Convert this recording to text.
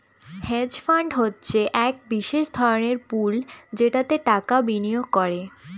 hedge fund হচ্ছে এক বিশেষ ধরনের পুল যেটাতে টাকা বিনিয়োগ করে